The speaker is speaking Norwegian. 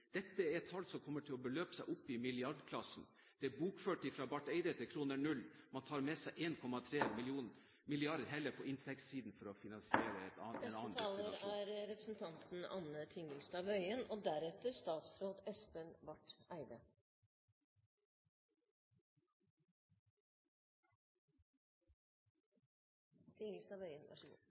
Dette er tall som kommer til å beløpe seg opp mot milliardklassen. Det er bokført av Barth Eide til kr 0. Man tar heller med seg 1,3 mrd. på inntektssiden for å finansiere